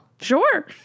Sure